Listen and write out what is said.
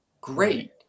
Great